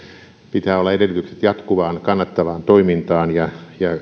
pitää olla edellytykset jatkuvaan kannattavaan toimintaa ja